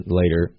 later